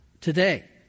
today